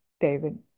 David